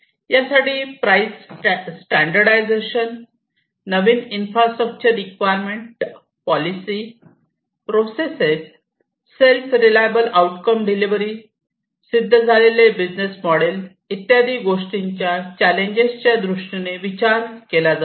यासाठी price standardization नवीन infrastructure requirement policy process self reliable outcome delivery सिद्ध झालेले बिझनेस मोडेल इत्यादी गोष्टींचा चॅलेंजेस त्यादृष्टीने ने विचार केला जातो